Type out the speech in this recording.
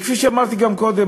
כפי שאמרתי גם קודם,